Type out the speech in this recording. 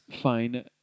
fine